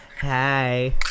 hi